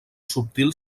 subtil